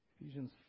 Ephesians